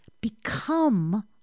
become